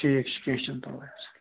ٹھیٖک چھُ کیٚنٛہہ چھُنہٕ پرواے حظ